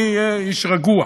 אני אהיה איש רגוע,